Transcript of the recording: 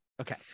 okay